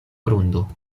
grundo